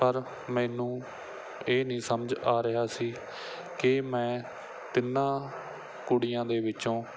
ਪਰ ਮੈਨੂੰ ਇਹ ਨਹੀਂ ਸਮਝ ਆ ਰਿਹਾ ਸੀ ਕਿ ਮੈਂ ਤਿੰਨਾਂ ਕੁੜੀਆਂ ਦੇ ਵਿੱਚੋਂ